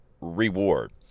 reward